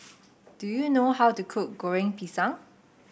do you know how to cook Goreng Pisang